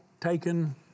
taken